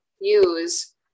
use